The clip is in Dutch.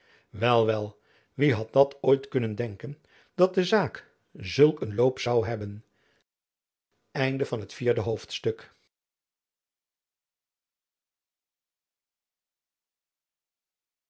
wel wel wie had dat ooit kunnen denken dat de zaak zulk een loop zoû nemen jacob van lennep elizabeth musch vijfde hoofdstuk